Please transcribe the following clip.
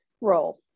roll